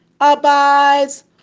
abides